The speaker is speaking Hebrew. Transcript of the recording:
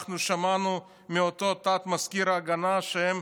אנחנו שמענו מאותו תת-מזכיר ההגנה שהם